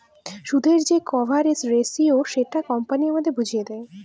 সুদের যে coverage ratio সেটা কোম্পানি আমাদের বুঝিয়ে দেয়